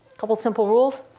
couple simple rules,